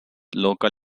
local